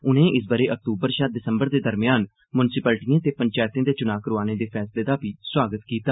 उनें इस ब'रे अक्तूबर शा दिसम्बर दे दरम्यान मुंसिपलटिएं ते पंचैतें दे चुनां करोआने दे फैसले दा बी सोआगत कीता